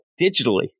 digitally